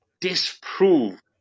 disprove